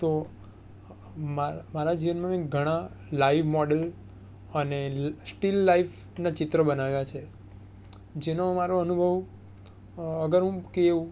તો મારા જીવનમાં ઘણા લાઈવ મોડેલ અને ટીલ લાઈફના ચિત્રો બનાવ્યા છે જેનો મારો અનુભવ અગર હું કહું